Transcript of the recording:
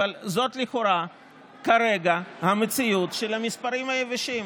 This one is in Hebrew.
אבל זאת לכאורה כרגע המציאות של המספרים היבשים.